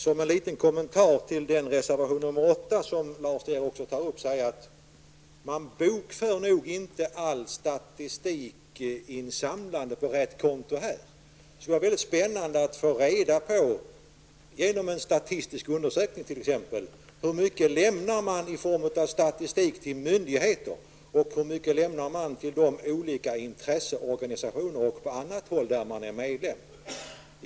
Som en liten kommentar till reservation 8, som Lars De Geer berörde, vill jag säga att allt statistikinsamlande nog inte bokförs på rätt konto i den här debatten. Det vore spännande att få reda på -- kanske genom en statistisk undersökning -- hur mycket statistik som lämnas till myndigheter resp. till olika intresseorganisationer och andra organ som man är medlem i.